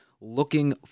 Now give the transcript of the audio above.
looking